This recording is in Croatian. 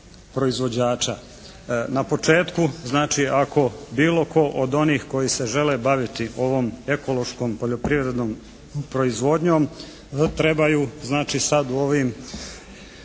Na početku znači ako bilo tko od onih koji se žele baviti ovom ekološkom poljoprivrednom proizvodnjom trebaju znači sad u ovim